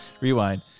Rewind